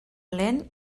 lent